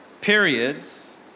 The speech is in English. periods